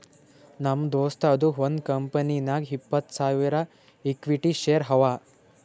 ನಮ್ ದೋಸ್ತದು ಒಂದ್ ಕಂಪನಿನಾಗ್ ಇಪ್ಪತ್ತ್ ಸಾವಿರ ಇಕ್ವಿಟಿ ಶೇರ್ ಅವಾ